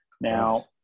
now